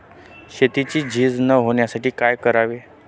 शेतीची झीज न होण्यासाठी काय करावे?